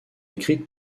écrites